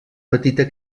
petita